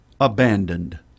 abandoned